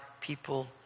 people